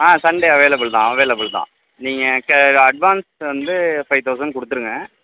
ஆ Sunday அவைலபில்தான் அவைலபில்தான் நீங்கள் அட்வான்ஸ் வந்து ஃபைவ்தௌசண்ட் கொடுத்துடுங்க